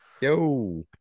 Yo